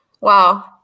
Wow